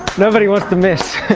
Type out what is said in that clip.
nobody wants to miss